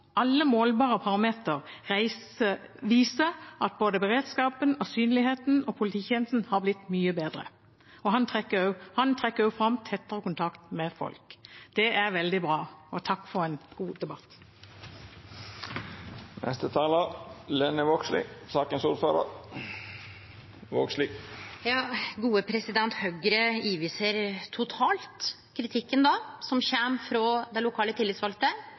viser at både beredskapen, synligheten og polititjenesten har blitt mye bedre.» Han trekker også fram tettere kontakt med folk. Det er veldig bra. Takk for en god debatt. Høgre overser totalt kritikken som kjem frå dei lokale tillitsvalde, som kjem frå dei største forbunda som organiserer politifolk. Det